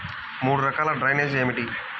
మూడు రకాల డ్రైనేజీలు ఏమిటి?